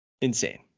Insane